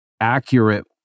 accurate